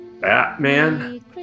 Batman